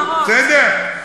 בסדר?